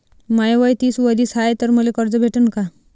माय वय तीस वरीस हाय तर मले कर्ज भेटन का?